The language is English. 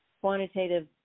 quantitative